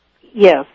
Yes